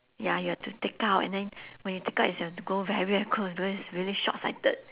ya you have to take out and then when you take out is you have to go very very close because it's really short-sighted